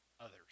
others